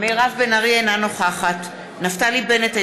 אינה נוכחת נפתלי בנט,